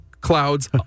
clouds